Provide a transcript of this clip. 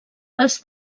els